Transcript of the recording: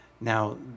Now